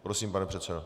Prosím, pane předsedo.